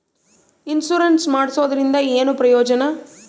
Insurance ಮಾಡ್ಸೋದರಿಂದ ಏನು ಪ್ರಯೋಜನ?